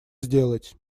сделать